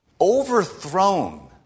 overthrown